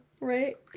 right